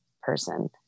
person